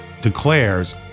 declares